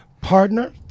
partner